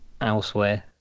elsewhere